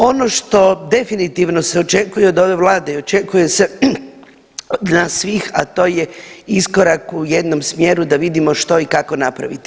Ono što definitivno se očekuje od ove vlade i očekuje se od nas svih, a to je iskorak u jednom smjeru da vidimo što i kako napraviti.